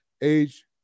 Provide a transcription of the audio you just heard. age